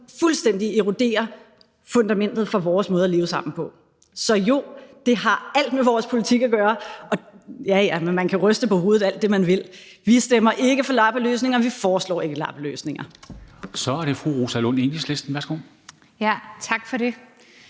som fuldstændig eroderer fundamentet for vores måde at leve sammen på. Så jo, det har alt med vores politik at gøre. Man kan ryste på hovedet alt det, man vil. Vi stemmer ikke for lappeløsninger, vi foreslår ikke lappeløsninger. Kl. 13:23 Formanden (Henrik Dam Kristensen): Så er det